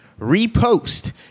repost